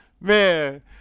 man